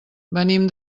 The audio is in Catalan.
venim